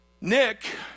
Nick